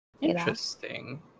Interesting